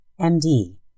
MD